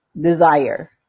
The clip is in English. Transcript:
desire